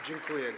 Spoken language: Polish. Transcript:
Dziękuję.